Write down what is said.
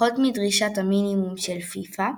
פחות מדרישת המינימום של פיפ"א,